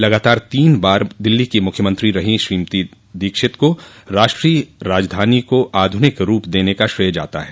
लगातार तीन बार दिल्ली की मुख्यमंत्री रहीं श्रीमती दीक्षित को राष्ट्रीय राजधानी को आधुनिक रूप देने का श्रेय जाता हैं